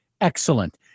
excellent